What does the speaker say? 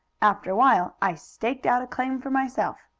after a while i staked out a claim for myself.